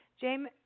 james